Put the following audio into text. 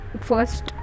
first